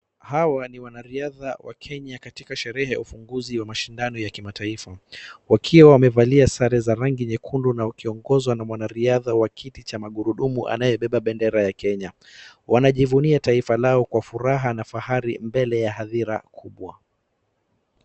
Hawa ni wanariadha wa kenya katika sherehe ya ufunguzi wa mashindano ya kimataifa wakiwa wamevalia sare za rangi nyekundu na wakiongozwa na mwanariadha wa kiti cha magurudumu anayebeba bendera ya kenya. Wanajivunia taifa lao kwa furaha na fahari mbele ya hadhira kubwa.